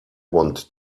want